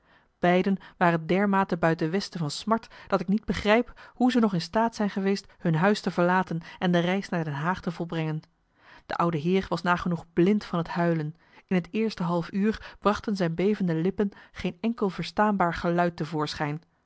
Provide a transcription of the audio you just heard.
beiden waren dermate buiten westen van smart dat ik niet begrijp hoe ze nog in staat zijn geweest hun huis te verlaten en de reis naar den haag te volbrengen de oude heer was nagenoeg blind van het huilen in het eerste half uur brachten zijn bevende lippen geen enkel verstaanbaar geluid